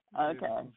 Okay